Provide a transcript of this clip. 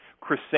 Chris